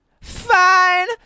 Fine